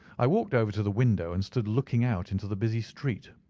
i walked over to the window, and stood looking out into the busy street.